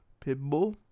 Pitbull